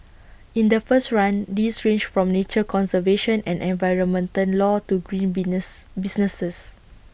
in the first run these ranged from nature conservation and environmental law to green Venus businesses